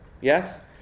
Yes